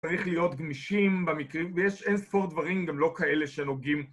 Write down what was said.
צריך להיות גמישים, יש אין ספור דברים גם לא כאלה שנוגעים